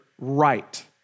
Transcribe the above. right